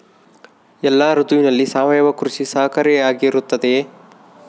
ಎಲ್ಲ ಋತುಗಳಲ್ಲಿ ಸಾವಯವ ಕೃಷಿ ಸಹಕಾರಿಯಾಗಿರುತ್ತದೆಯೇ?